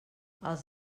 els